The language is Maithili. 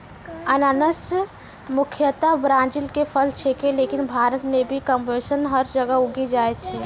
अनानस मुख्यतया ब्राजील के फल छेकै लेकिन भारत मॅ भी कमोबेश हर जगह उगी जाय छै